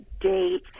date